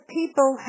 people